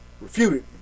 refuted